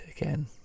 again